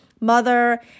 mother